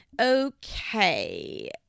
Okay